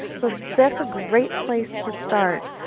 so that's a great place to start.